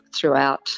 throughout